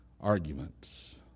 arguments